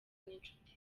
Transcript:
n’inshuti